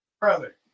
brother